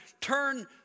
turn